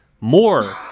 more